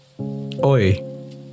Oi